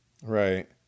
Right